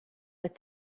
with